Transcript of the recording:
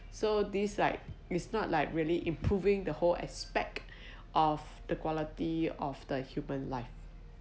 so this like is not like really improving the whole aspect of the quality of the human life